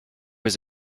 was